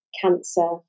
cancer